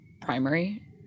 primary